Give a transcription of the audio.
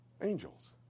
Angels